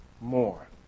More